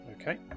Okay